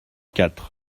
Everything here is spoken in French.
quatre